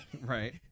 Right